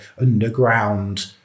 underground